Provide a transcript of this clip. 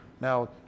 Now